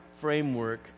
framework